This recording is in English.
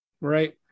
right